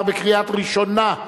התשע"ב 2012,